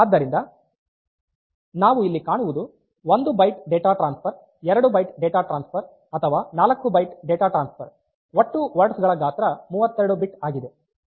ಆದ್ದರಿಂದ ನಾವು ಇಲ್ಲಿ ಕಾಣುವುದು 1 byte data transfer 2 byte data transfer ಅಥವಾ 4 ಬೈಟ್ ಡೇಟಾ ಟ್ರಾನ್ಸ್ಫರ್ ಒಟ್ಟು ವರ್ಡ್ಸ್ ಗಳ ಗಾತ್ರ 32 ಬಿಟ್ ಆಗಿದೆ